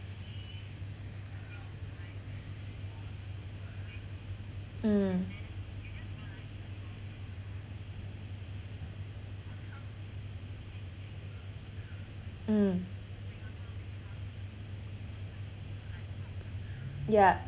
mm mm yup